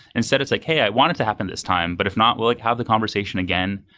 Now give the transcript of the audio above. instead it's like, hey, i want it to happen this time, but if not, we'll have the conversation again,